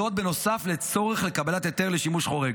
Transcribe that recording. זאת בנוסף לצורך לקבלת היתר לשימוש חורג.